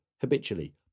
Habitually